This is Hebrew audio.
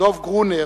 דב גרונר,